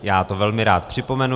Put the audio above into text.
Já to velmi rád připomenu.